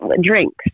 drinks